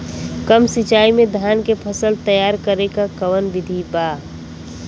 कम सिचाई में धान के फसल तैयार करे क कवन बिधि बा?